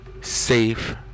Safe